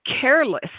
careless